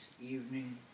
evening